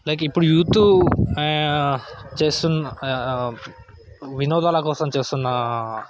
like ఇప్పుడు youth చేస్తున్న వినోదాల కోసం చేస్తున్న